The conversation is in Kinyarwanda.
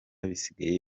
bisigaye